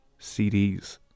CDs